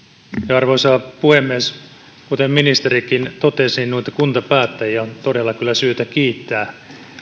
arvoisa puhemies kuten ministerikin totesi noita kuntapäättäjiä on todella kyllä syytä kiittää